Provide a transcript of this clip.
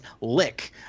lick